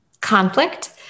conflict